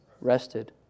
Rested